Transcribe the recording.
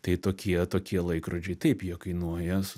tai tokie tokie laikrodžiai taip jie kainuoja su